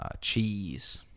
cheese